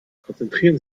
konzentrieren